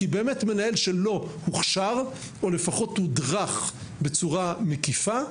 כי באמת מנהל שלא הוכשר או לפחות הודרך בצורה מקיפה,